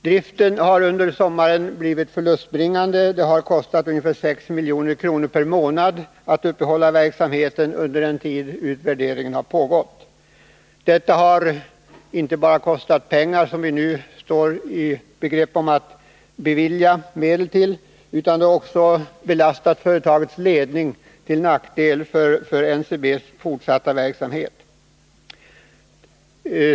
Driften har under sommaren blivit förlustbringande. Det har kostat ungefär 6 milj.kr. per månad att uppehålla verksamheten under den tid utvärderingen har pågått. Men detta har inte bara kostat pengar, som vi nu står i begrepp att bevilja — det har också belastat företagets ledning, till nackdel för NCB:s fortsatta verksamhet.